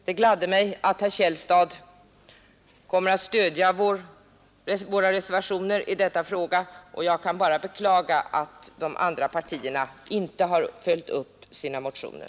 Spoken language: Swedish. Det gladde mig att herr Källstad kommer att stödja våra reservationer i denna fråga, och jag kan bara beklaga att de andra partierna inte följt upp sina motioner.